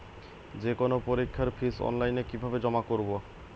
যে কোনো পরীক্ষার ফিস অনলাইনে কিভাবে জমা করব?